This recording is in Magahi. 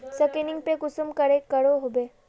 स्कैनिंग पे कुंसम करे करो होबे?